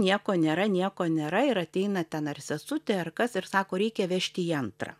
nieko nėra nieko nėra ir ateina ten ar sesutė ar kas ir sako reikia vežti į antrą